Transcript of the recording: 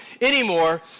anymore